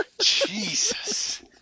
Jesus